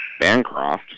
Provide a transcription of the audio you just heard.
Bancroft